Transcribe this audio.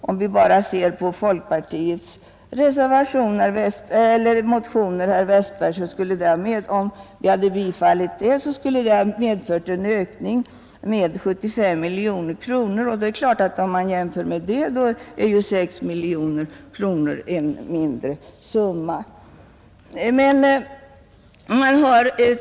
Om vi bara skulle bifalla folkpartiets motioner, herr Westberg, skulle det medföra en ökning med 75 miljoner kronor, I jämförelse med det är ju 6 miljoner kronor en mindre summa.